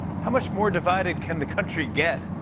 how much more divided can the country get?